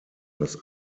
das